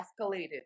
escalated